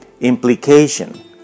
implication